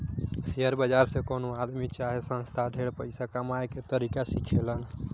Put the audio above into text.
share बाजार से कवनो आदमी चाहे संस्था ढेर पइसा कमाए के तरीका सिखेलन